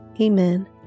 Amen